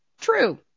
true